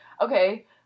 okay